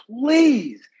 please